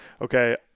okay